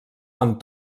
amb